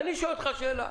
עכשיו אני אשאל אותך שאלה